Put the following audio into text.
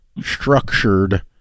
structured